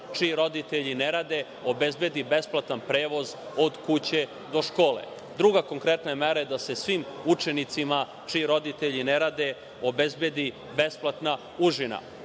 čiji roditelji ne rade obezbedi besplatan prevoz od kuće do škole. Druga konkretna mera je da se svim učenicima čiji roditelji ne rade obezbedi besplatna užina.